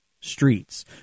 streets